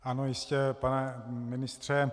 Ano, jistě, pane ministře.